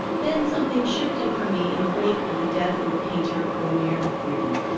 then something shifted for me in the wake of the death of the painter, romare ah bearden.